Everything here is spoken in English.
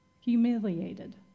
humiliated